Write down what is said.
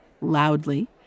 loudly